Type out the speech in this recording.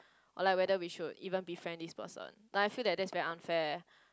or like whether we should even befriend this person like I feel like that's very unfair